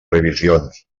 revisions